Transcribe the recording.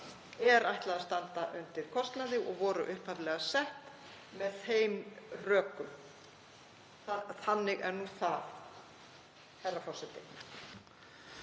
er ætlað að standa undir kostnaði og voru upphaflega sett með þeim rökum. Þannig er nú það,